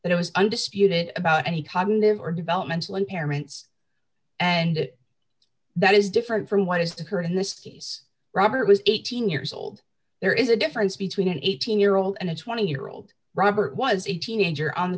but it was undisputed about any cognitive or developmental impairments and that is different from what is the current in this case robert was eighteen years old there is a difference between an eighteen year old and a twenty year old robert was a teenager on the